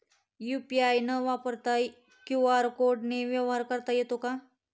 UPI न वापरता QR कोडने व्यवहार करता येतो का?